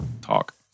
talk